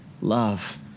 love